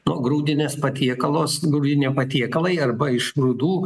nu grūdinės patiekalos grūdiniai patiekalai arba iš grūdų